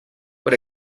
for